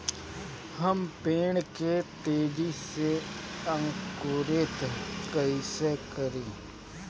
हम पेड़ के तेजी से अंकुरित कईसे करि?